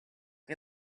che